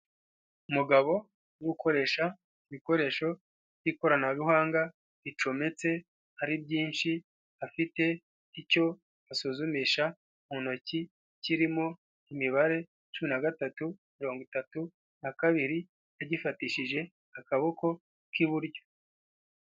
Umugabo uri gukoresha ibikoresho by'ikoranabuhanga ricometse hari byinshi afite icyo asuzumisha mu ntoki, kirimo imibare cumi na gatatu mirongo itatu na kabiri agifatishije akaboko k'iburyo.